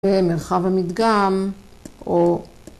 מרחב המדגם.